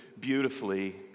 beautifully